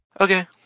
Okay